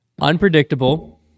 unpredictable